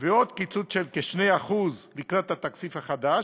ועוד קיצוץ של כ-2% לקראת התקציב החדש,